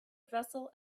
vessel